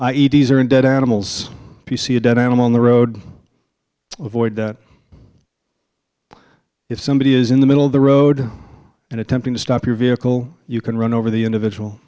d's or in dead animals p c a dead animal on the road avoid that if somebody is in the middle of the road and attempting to stop your vehicle you can run over the individual